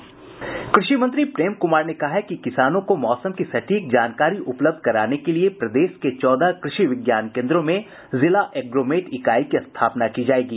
कृषि मंत्री प्रेम कुमार ने कहा है कि किसानों को मौसम की स्टीक जानकारी उपलब्ध कराने के लिए प्रदेश के चौदह कृषि विज्ञान केन्द्रों में जिला एग्रोमेट इकाई की स्थापना की जायेगी